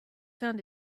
found